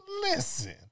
listen